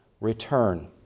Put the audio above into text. return